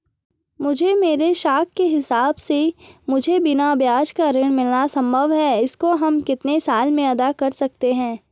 मुझे मेरे साख के हिसाब से मुझे बिना ब्याज का ऋण मिलना संभव है इसको हम कितने साल में अदा कर सकते हैं?